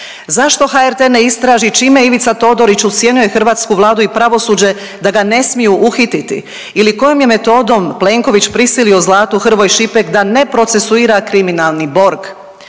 Zašto HRT ne istraži čime Ivica Todorić ucjenjuje hrvatsku Vladu i pravosuđe da ga ne smiju uhititi ili kojom je metodom Plenković prisilio Zlatu Hrvoj Šipek da ne procesuira kriminalni Borg?